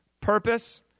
Purpose